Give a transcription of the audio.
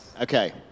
Okay